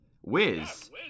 Wiz